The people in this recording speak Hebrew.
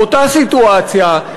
באותה סיטואציה,